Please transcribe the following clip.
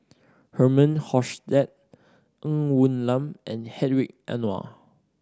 Herman Hochstadt Ng Woon Lam and Hedwig Anuar